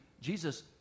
Jesus